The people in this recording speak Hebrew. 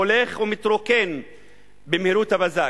הולך ומתרוקן במהירות הבזק.